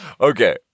Okay